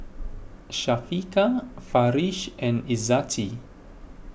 Syafiqah Farish and Izzati